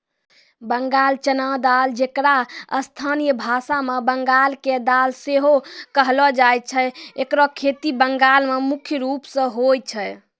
बंगाल चना दाल जेकरा स्थानीय भाषा मे बंगाल के दाल सेहो कहलो जाय छै एकरो खेती बंगाल मे मुख्य रूपो से होय छै